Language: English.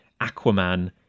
Aquaman